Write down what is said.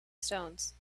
stones